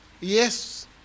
yes